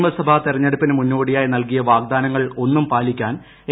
നിയമസഭാ തെരഞ്ഞെടുപ്പിന് മുന്നോടിയായി നൽകിയ വാഗ്ദാനങ്ങൾ ഒന്നും പാലിക്കാൻ എ